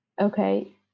okay